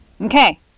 Okay